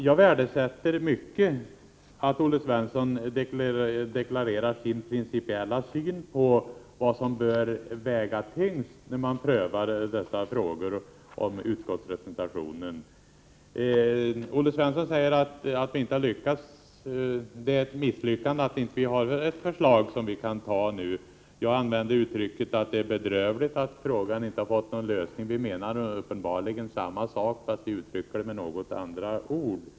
Jag värdesätter mycket att Olle Svensson deklarerar sin principiella syn på vad som bör väga tyngst när man prövar frågan om utskottsrepresentationen och att han säger att det är ett misslyckande att det inte nu finns ett förslag som vi kan anta. Jag använde uttrycket att det är bedrövligt att frågan inte har fått någon lösning. Vi menar uppenbarligen samma sak, fast vi uttrycker det något olika.